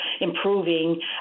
improving